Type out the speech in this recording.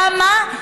למה?